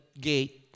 gate